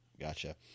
Gotcha